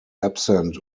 absent